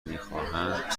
میخواهند